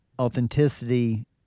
authenticity